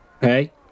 hey